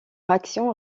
action